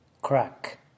Crack